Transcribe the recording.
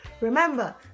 Remember